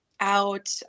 out